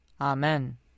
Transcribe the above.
Amen